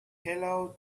hello